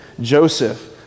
Joseph